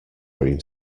cream